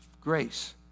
grace